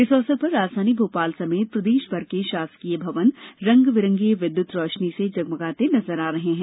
इस अवसर पर राजधानी भोपाल समेत प्रदेशभर के शासकीय भवन रंग बिरंगी विद्युत रोशनी से जगमगाते नजर आ रहे हैं